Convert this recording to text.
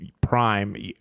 prime